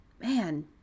man